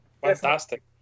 Fantastic